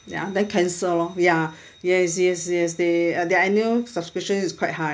ya then cancel lor ya yes yes yes they uh the annual subscription is quite high